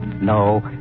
No